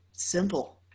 simple